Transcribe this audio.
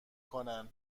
کنن